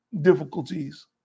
difficulties